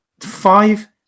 five